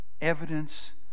evidence